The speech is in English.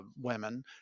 women